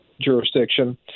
jurisdiction